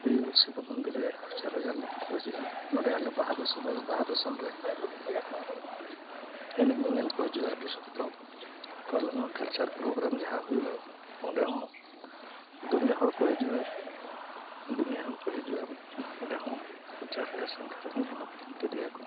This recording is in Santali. ᱦᱩᱭᱩᱜᱼᱟ ᱥᱤᱵᱚ ᱢᱚᱱᱫᱤᱨ ᱨᱮ ᱦᱟᱡᱟᱨ ᱦᱟᱡᱟᱨ ᱞᱳᱠ ᱠᱚ ᱦᱤᱡᱩᱜᱼᱟ ᱱᱚᱸᱰᱮ ᱟᱞᱮ ᱵᱟᱦᱟ ᱵᱟᱦᱟ ᱨᱮ ᱮᱱᱮᱡ ᱧᱮᱧᱮᱞ ᱠᱚ ᱦᱤᱡᱩᱜᱼᱟ ᱟᱹᱰᱤ ᱥᱚᱠᱛᱚ ᱛᱳ ᱟᱞᱮ ᱱᱚᱣᱟ ᱠᱟᱞᱪᱟᱨ ᱯᱨᱳᱜᱨᱟᱢ ᱡᱟᱦᱟᱸ ᱦᱩᱭᱩᱜᱼᱟ ᱚᱸᱰᱮ ᱦᱚᱸ ᱫᱩᱱᱤᱭᱟᱹ ᱦᱚᱲ ᱠᱚ ᱦᱤᱡᱩᱜᱼᱟ ᱫᱩᱱᱤᱭᱟᱹ ᱦᱚᱲ ᱠᱚ ᱦᱤᱡᱩᱜᱼᱟ ᱚᱸᱰᱮ ᱦᱚᱸ ᱦᱟᱡᱟᱨ ᱦᱟᱡᱟᱨ ᱥᱚᱝᱠᱷᱟ ᱨᱮᱠᱚ ᱧᱮᱞᱟ ᱤᱫᱤᱭᱟ ᱠᱚ